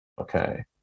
okay